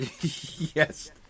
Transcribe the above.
Yes